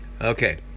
Okay